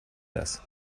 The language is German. das